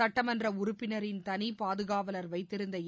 சட்டமன்ற உறுப்பினரின் தனி பாதுகாவலர் வைத்திருந்த ஏ